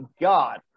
God